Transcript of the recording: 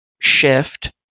shift